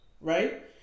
Right